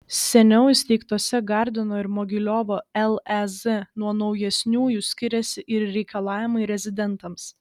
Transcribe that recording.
seniau įsteigtose gardino ir mogiliovo lez nuo naujesniųjų skiriasi ir reikalavimai rezidentams